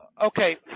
Okay